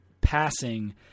passing